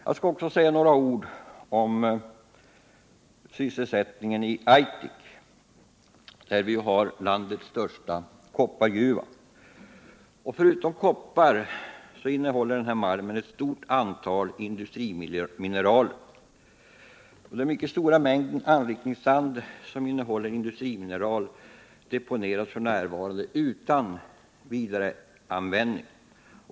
Jag skall också säga några ord om sysselsättningen i Aitik, där vi ju har landets största koppargruva. Förutom koppar innehåller Aitikmalmen ett ovanligt stort antal industrimineral. Den mycket stora mängden anrikningssand som innehåller industrimineral deponeras f. n. utan vidareanvändning.